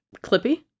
Clippy